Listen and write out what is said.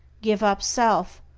give up self,